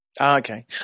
Okay